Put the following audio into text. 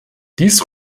dies